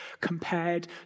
compared